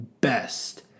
Best